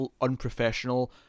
unprofessional